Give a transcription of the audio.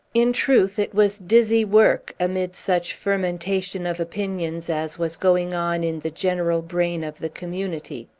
in truth, it was dizzy work, amid such fermentation of opinions as was going on in the general brain of the community.